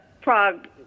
Prague